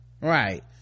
Right